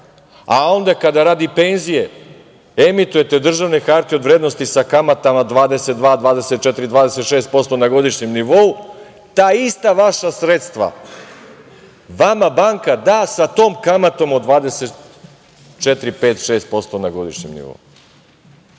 a onda kada radi penzije emitujete državne hartije od vrednosti sa kamatama 22, 24, 26% na godišnjem nivou, ta ista vaša sredstva vama banka da sa tom kamatom od 24, 25, 26% na godišnjem nivou.